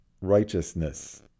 righteousness